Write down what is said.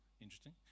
Interesting